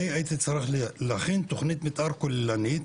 אני הייתי צריך להכין תכנית מתאר כוללנית